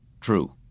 True